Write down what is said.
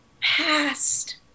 past